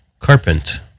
carpent